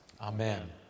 Amen